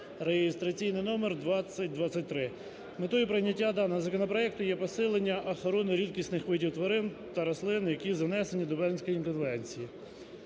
(реєстраційний номер 2023). Метою прийняття даного законопроекту є посилення охорони рідкісних видів тварин та рослин, які занесені до Венської конвенції.